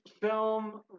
film